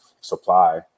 supply